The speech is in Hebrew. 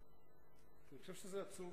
אני חושב שזה עצוב